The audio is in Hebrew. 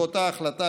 באותה החלטה,